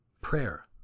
Prayer